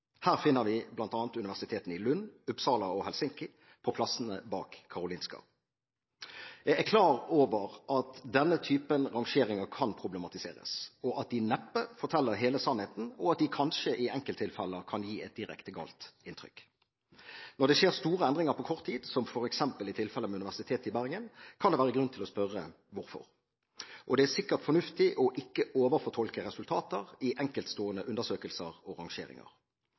Her finner vi bl.a. universitetene i Lund, Uppsala og Helsinki på plassene bak Karolinska. Jeg er klar over at denne typen rangeringer kan problematiseres, at de neppe forteller hele sannheten, og at de kanskje i enkelttilfeller kan gi et direkte galt inntrykk. Men når det skjer store endringer på kort tid, som f. eks. i tilfellet med Universitetet i Bergen, kan det være grunn til å spørre hvorfor. Det er sikkert fornuftig å ikke overfortolke resultater i enkeltstående undersøkelser og rangeringer.